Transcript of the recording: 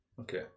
Okay